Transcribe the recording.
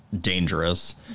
dangerous